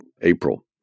April